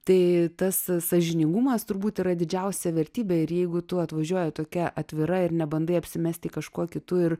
tai tas sąžiningumas turbūt yra didžiausia vertybė ir jeigu tu atvažiuoji tokia atvira ir nebandai apsimesti kažkuo kitu ir